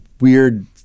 weird